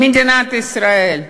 ממדינת ישראל?